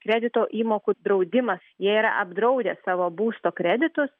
kredito įmokų draudimą jie yra apdraudę savo būsto kreditus